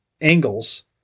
angles